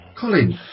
Colin